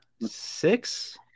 six